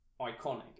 iconic